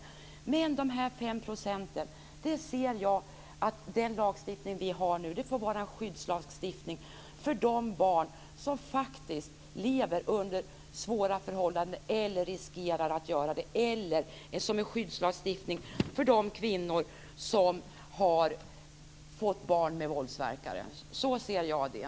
Men beträffande de här fem procenten ser jag det som att den lagstiftning som vi har nu får vara en skyddslagstiftning för de barn som faktiskt lever under svåra förhållanden eller riskerar att göra det eller som en skyddslagstiftning för de kvinnor som har fått barn med våldsverkare. Så ser jag det.